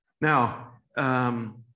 Now